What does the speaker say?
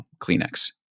Kleenex